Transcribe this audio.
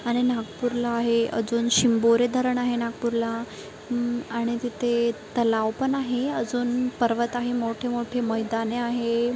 आणि नागपूरला आहे अजून शिंबोरे धरण आहे नागपूरला आणि तिथे तलाव पण आहे अजून पर्वत आहे मोठे मोठे मैदाने आहे